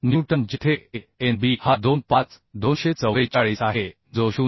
Newton जेथे a n b हा 2 5 244 आहे जो 0